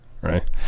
Right